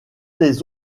les